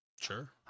Sure